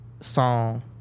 song